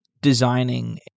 designing